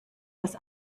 das